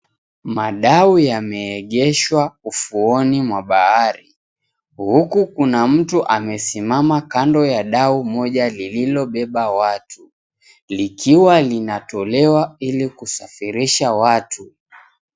Madau yameegeshwa ufuoni mwa bahari, huku kuna mtu amesimama kando ya dau moja lililobeba watu, likiwa linatolewa ili kusafirisha watu.